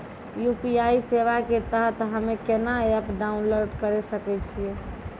UPI सेवा के तहत हम्मे केना एप्प डाउनलोड करे सकय छियै?